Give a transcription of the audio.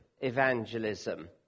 evangelism